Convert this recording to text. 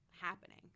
happening